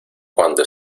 cuando